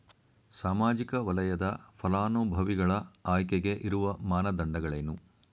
ಸಾಮಾಜಿಕ ವಲಯದ ಫಲಾನುಭವಿಗಳ ಆಯ್ಕೆಗೆ ಇರುವ ಮಾನದಂಡಗಳೇನು?